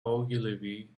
ogilvy